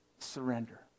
surrender